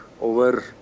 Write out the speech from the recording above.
over